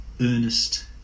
earnest